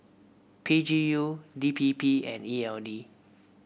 P G U D P P and E L D